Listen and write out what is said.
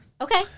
Okay